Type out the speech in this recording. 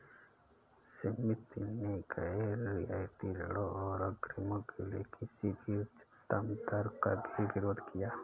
समिति ने गैर रियायती ऋणों और अग्रिमों के लिए किसी भी उच्चतम दर का भी विरोध किया